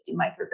micrograms